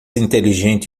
inteligente